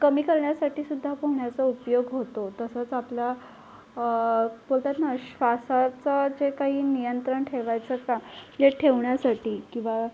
कमी करण्यासाठीसुद्धा पोहण्याचा उपयोग होतो तसंच आपला पोटात ना श्वासाचा जे काही नियंत्रण ठेवायचं काम जे ठेवण्यासाठी किंवा